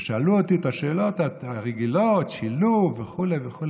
הם שאלו אותי את השאלות הרגילות: שילוב וכו' וכו'.